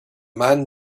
man